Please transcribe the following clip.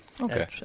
Okay